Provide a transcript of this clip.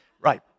Right